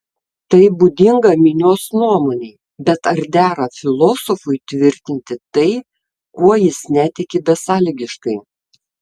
tai būdinga minios nuomonei bet ar dera filosofui tvirtinti tai kuo jis netiki besąlygiškai